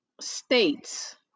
states